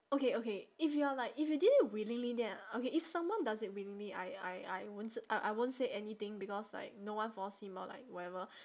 okay okay if you are like if you did it willingly then uh okay if someone does it willingly I I I won't s~ I I won't say anything because like no one force him or like whatever